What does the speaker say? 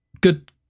Good